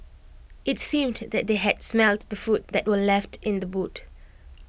IT seemed that they had smelt the food that were left in the boot